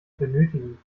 benötigen